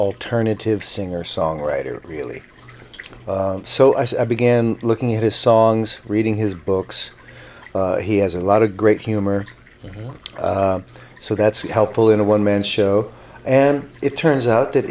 alternative singer songwriter really so i began looking at his songs reading his books he has a lot of great humor so that's helpful in a one man show and it turns out that